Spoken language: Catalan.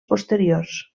posteriors